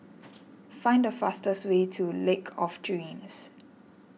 find the fastest way to Lake of Dreams